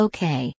Okay